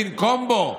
תנקום בו,